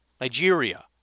Nigeria